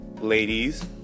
Ladies